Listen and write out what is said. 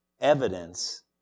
evidence